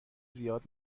زیاد